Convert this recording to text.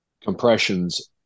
compressions